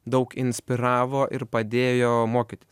daug inspiravo ir padėjo mokytis